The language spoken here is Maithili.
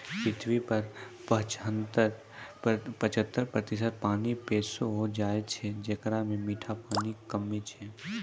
पृथ्वी पर पचहत्तर प्रतिशत पानी पैलो जाय छै, जेकरा म मीठा पानी कम्मे छै